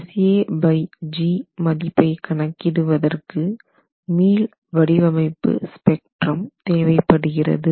Sag மதிப்பை கணக்கிடுவதற்கு மீள்வடிவமைப்பு ஸ்பெக்ட்ரம் தேவைப்படுகிறது